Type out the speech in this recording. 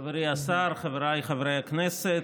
חברי השר, חבריי חברי הכנסת,